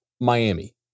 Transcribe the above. Miami